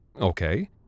Okay